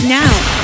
now